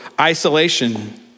isolation